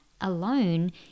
alone